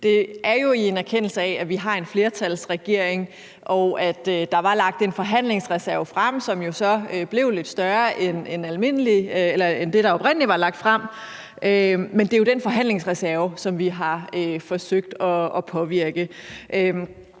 Det sker jo i erkendelse af, at vi har en flertalsregering, og at der var lagt en forhandlingsreserve frem, som så blev lidt større end det, der oprindelig var lagt frem. Det er jo den forhandlingsreserve, som vi har forsøgt at påvirke.